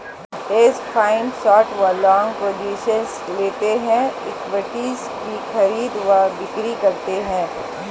hedge fund short व long positions लेते हैं, इक्विटीज की खरीद व बिक्री करते हैं